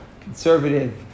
conservative